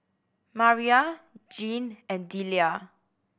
Mariyah Jeane and Delia